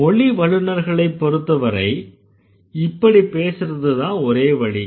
மொழி வல்லுநர்களைப்பொருத்தவரை இப்படி பேசறதுதான் ஒரே வழி